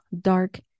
dark